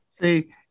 See